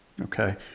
Okay